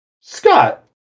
Scott